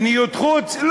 מדיניות חוץ.